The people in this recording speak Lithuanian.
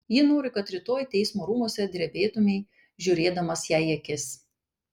ji nori kad rytoj teismo rūmuose drebėtumei žiūrėdamas jai į akis